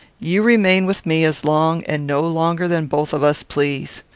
you remain with me as long and no longer than both of us please.